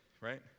right